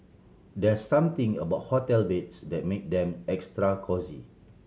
there something about hotel beds that make them extra cosy